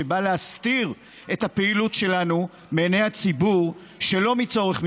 שבא להסתיר את הפעילות שלנו מעיני הציבור שלא מצורך מבצעי,